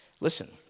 Listen